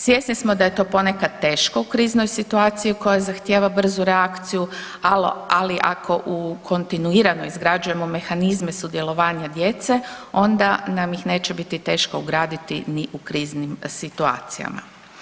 Svjesni smo da je to ponekad teško u kriznoj situaciji koja zahtjeva brzu reakciju, ali ako u kontinuirano izgrađujemo mehanizme sudjelovanja djece, onda nam ih neće biti teško ugraditi ni u kriznim situacijama.